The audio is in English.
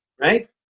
right